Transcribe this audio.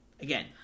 Again